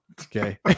Okay